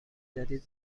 جدید